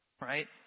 Right